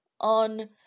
on